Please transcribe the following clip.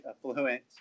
affluent